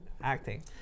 acting